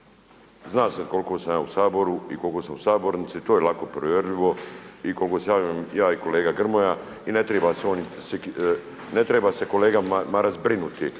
Zna se koliko sam ja u Saboru i koliko sam u sabornici, to je lako provjerljivo i koliko se javljam ja i kolega Grmoja i ne treba se kolega Maras brinuti